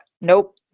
Nope